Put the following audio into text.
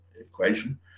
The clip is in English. equation